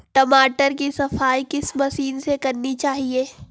टमाटर की सफाई किस मशीन से करनी चाहिए?